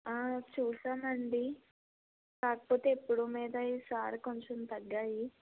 చూశానండి కాకపోతే ఎప్పుడూ మీద ఈసారి కొంచెం తగ్గాయి